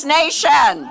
nation